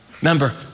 Remember